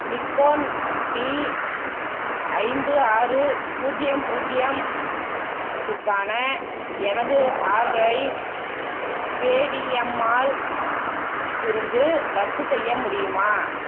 Nikon D ஐந்து ஆறு பூஜ்ஜியம் பூஜ்ஜியம் துக்கான எனது ஆர்டரை பேடிஎம் மால் இருந்து ரத்து செய்ய முடியுமா